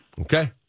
Okay